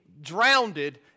drowned